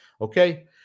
Okay